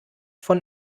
von